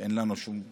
ואין לנו שום בעיה,